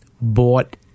bought